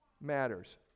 matters